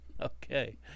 Okay